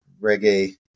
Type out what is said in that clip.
Reggae